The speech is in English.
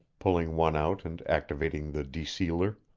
pulling one out and activating the desealer.